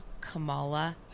Kamala